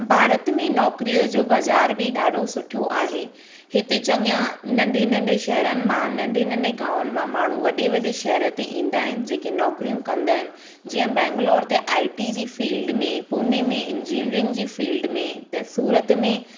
भारत में नौकिरीअ जो बाज़ार बि ॾाढो सुठो आहे इते चङा नंढे नंढे शहरनि मां नंढे नंढे गांवनि मां माण्हू वॾे वॾे शहर ते ईंदा आहिनि जेके नौकिरियूं कंदा आहिनि जीअं बैंंगलोर ते आई टी जी फील्ड में पुणे में इंजीनिअरिंग जी फील्ड में त सूरत में